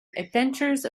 adventures